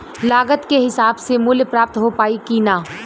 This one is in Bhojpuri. लागत के हिसाब से मूल्य प्राप्त हो पायी की ना?